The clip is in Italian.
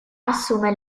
assume